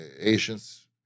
Asians